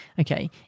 okay